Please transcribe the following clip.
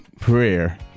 prayer